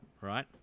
right